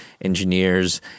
engineers